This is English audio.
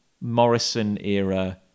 Morrison-era